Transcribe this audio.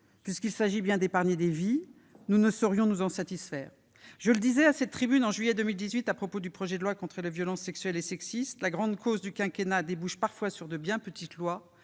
puisqu'il s'agit bien d'épargner des vies, nous ne saurions nous en satisfaire. Je le disais à cette tribune en juillet 2018, à propos du projet de loi renforçant la lutte contre les violences sexuelles et sexistes, la « grande cause du quinquennat » débouche parfois sur de bien petites lois.